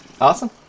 awesome